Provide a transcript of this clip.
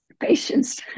patience